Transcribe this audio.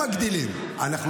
מגדילים את הדירות בעקבות זה.